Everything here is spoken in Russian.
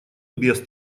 без